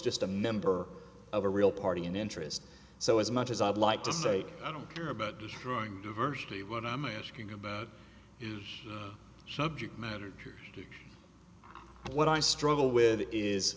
just a member of a real party in interest so as much as i'd like to say i don't care about destroying diversity when i'm asking about subject matter what i struggle with is